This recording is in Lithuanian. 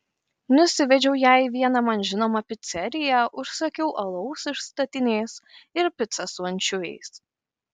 nusivedžiau ją į vieną man žinomą piceriją užsakiau alaus iš statinės ir picą su ančiuviais